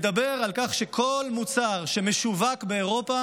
הוא מדבר על כך שכל מוצר שמשווק באירופה